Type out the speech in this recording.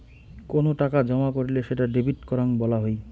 কোনো টাকা জমা করলে সেটা ডেবিট করাং বলা হই